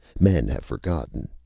men have forgotten.